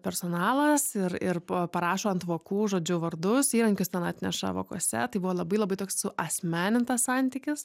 personalas ir ir po parašo ant vokų žodžiu vardus įrankius ten atneša vokuose tai buvo labai labai suasmenintas santykis